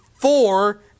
four